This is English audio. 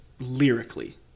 lyrically